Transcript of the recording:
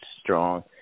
strong